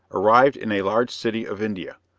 arrived in a large city of india,